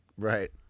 Right